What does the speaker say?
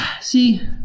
see